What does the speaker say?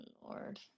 Lord